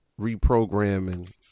reprogramming